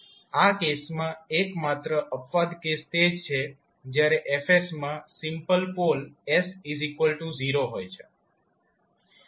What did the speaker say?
આ કેસમાં એકમાત્ર અપવાદ કેસ તે જ છે જ્યારે F માં સિમ્પલ પોલ s0 હોય છે